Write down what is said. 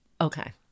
Okay